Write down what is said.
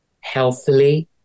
healthily